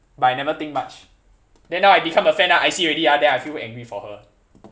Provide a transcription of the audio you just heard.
but I never think much then now I become a fan ah I see already ah then I feel angry for her